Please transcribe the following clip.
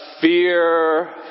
fear